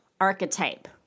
archetype